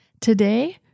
Today